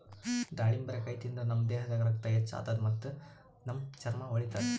ದಾಳಿಂಬರಕಾಯಿ ತಿಂದ್ರ್ ನಮ್ ದೇಹದಾಗ್ ರಕ್ತ ಹೆಚ್ಚ್ ಆತದ್ ಮತ್ತ್ ನಮ್ ಚರ್ಮಾ ಹೊಳಿತದ್